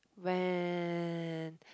when